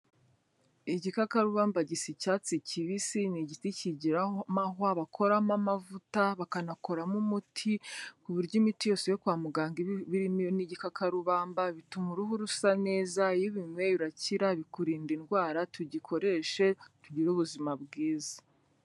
Igikakarubamba gisa icyatsi kibisi, ni igiti kigira amahwa, bakoramo amavuta, bakanakoramo umuti, ku buryo imiti yose yo kwa muganga n'igikarubamba, bituma uruhu rusa neza, iyo ubinywe urakira, bikurinda indwara, tugikoreshe tugire ubuzima bwiza.